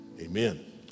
amen